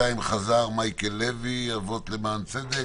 מייקל לוי, אבות למען צדק,